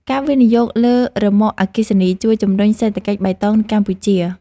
ការវិនិយោគលើរ៉ឺម៉កអគ្គិសនី ជួយជំរុញសេដ្ឋកិច្ចបៃតងនៅកម្ពុជា។